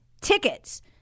tickets